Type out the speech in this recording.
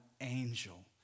angel